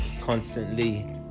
Constantly